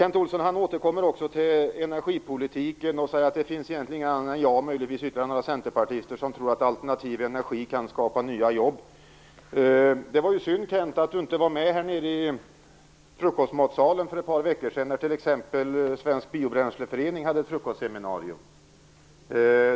Kent Olsson återkommer också till energipolitiken och säger att det finns egentligen inga andra än jag och möjligen ytterligare några centerpartister som tror att alternativ energi kan skapa nya jobb. Det var synd att Kent Olsson inte var med nere i frukostmatsalen för ett par veckor sedan när Svensk biobränsleförening hade ett frukostseminarium.